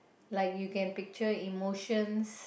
like you can picture emotions